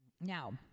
Now